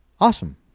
Awesome